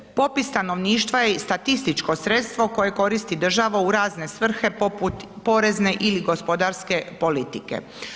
Popis stanovništva je statističko sredstvo koje koristi država u razne svrhe poput porezne ili gospodarske politike.